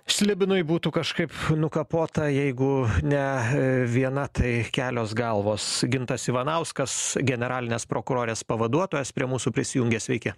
slibinui būtų kažkaip nukapota jeigu ne viena tai kelios galvos gintas ivanauskas generalinės prokurorės pavaduotojas prie mūsų prisijungė sveiki